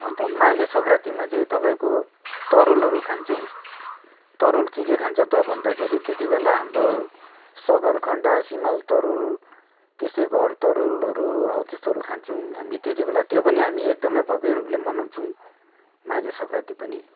अन्त माघे सङ्क्रान्तिमा चाहिँ तपाईँको तरुलहरू खान्छौँ तरुल के के खान्छ त भन्दाखेरि त्यतिबेला हाम्रो सकरखन्डा सिमल तरुल त्यस्तै घर तरुलहरू हो त्यस्तोहरू खान्छौँ हामी त्यतिबेला त्यो पनि हामी एकदमै भव्य रूपले मनाउँछौँ माघे सङ्क्रान्ति पनि